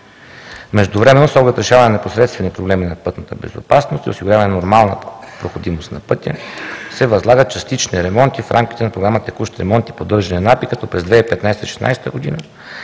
Междувременно с оглед решаване непосредствени проблеми на пътната безопасност и осигуряване нормалната проходимост на пътя се възлагат частични ремонти в рамките на Програма „Текущ ремонт и поддържане“ на АПИ, като през 2015 – 2016 г.